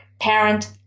parent